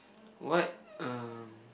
what um